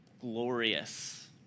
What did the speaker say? glorious